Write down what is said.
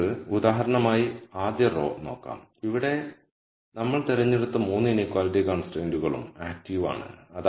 നമുക്ക് ഉദാഹരണമായി ആദ്യ റോ നോക്കാം ഇവിടെ നമ്മൾ തിരഞ്ഞെടുത്ത 3 ഇനീക്വളിറ്റി കൺസ്ട്രെന്റുകങ്ങളും ആക്റ്റീവ് ആണ്